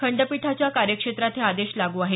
खंडपीठाच्या कार्यक्षेत्रात हे आदेश लागू आहेत